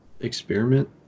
experiment